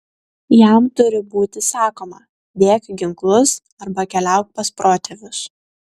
jam turi būti sakoma dėk ginklus arba keliauk pas protėvius